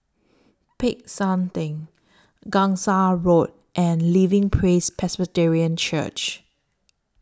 Peck San Theng Gangsa Road and Living Praise Presbyterian Church